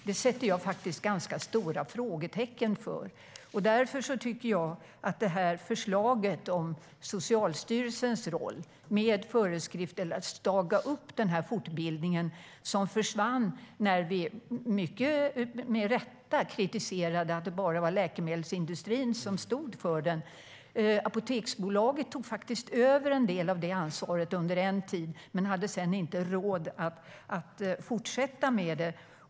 Det sätter jag faktiskt ganska stora frågetecken för. Därför tycker jag att förslaget om Socialstyrelsens roll är bra. Det har föresatsen att staga upp den fortbildning som försvann när vi, mycket med rätta, kritiserade att det bara var läkemedelsindustrin som stod för den. Apoteksbolaget tog faktiskt över en del av det ansvaret under en tid men hade sedan inte råd att fortsätta med det.